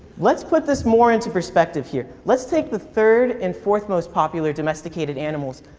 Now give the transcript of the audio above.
let's put this more into perspective here. let's take the third and fourth most popular domesticated animals.